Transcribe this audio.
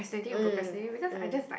mm mm